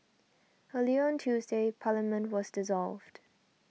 earlier on Tuesday Parliament was dissolved